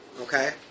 Okay